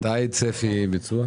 מה הצפי לביצוע?